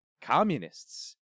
Communists